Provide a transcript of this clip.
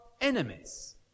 enemies